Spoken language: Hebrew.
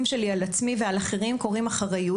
שלי על עצמי ועל אחרים קוראים אחריות.